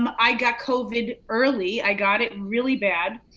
um i got covid early. i got it really bad.